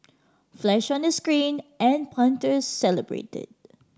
flash on the screen and the punter celebrated